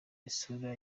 isura